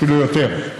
אפילו יותר.